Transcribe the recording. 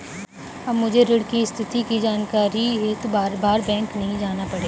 अब मुझे ऋण की स्थिति की जानकारी हेतु बारबार बैंक नहीं जाना पड़ेगा